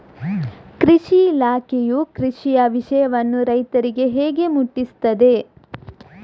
ಕೃಷಿ ಇಲಾಖೆಯು ಕೃಷಿಯ ವಿಷಯವನ್ನು ರೈತರಿಗೆ ಹೇಗೆ ಮುಟ್ಟಿಸ್ತದೆ?